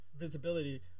visibility